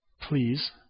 please